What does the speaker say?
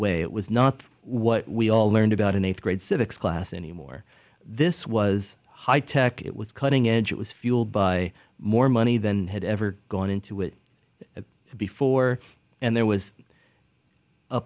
way it was not what we all learned about an eighth grade civics class anymore this was high tech it was cutting edge it was fueled by more money than had ever gone into it before and there was a